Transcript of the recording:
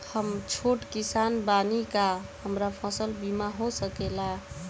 हम छोट किसान बानी का हमरा फसल बीमा हो सकेला?